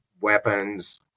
weapons